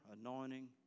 anointing